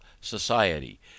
society